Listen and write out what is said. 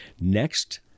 next